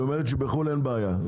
היא אומרת שבחו"ל אין בעיה.